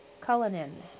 Cullinan